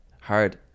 hard